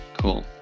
Cool